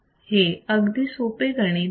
हे अगदी सोपे गणित आहे